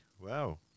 wow